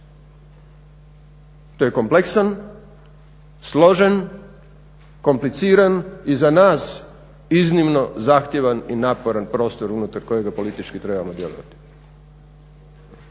To je kompleksan, složen, kompliciran i za nas iznimno zahtjevan i naporan prostor unutar kojega politički trebamo djelovati